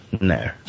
no